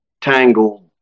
Tangled